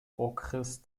okres